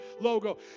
logo